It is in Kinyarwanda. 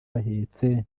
bahetse